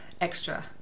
extra